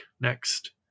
next